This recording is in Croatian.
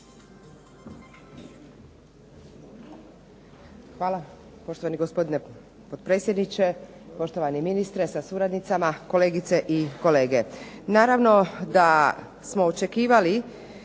Hvala poštovani gospodine predsjedniče, poštovani ministre sa suradnicama, kolegice i kolege. Naravno da smo očekivali